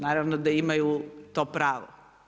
Naravno da imaju to pravo.